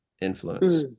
influence